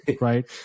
right